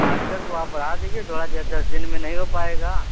कारीगर को आप बढ़ा दीजिए थोड़ा यह दस दिन में नहीं हो पाएगा